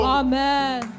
amen